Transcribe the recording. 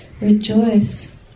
rejoice